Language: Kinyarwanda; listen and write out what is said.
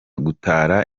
gutara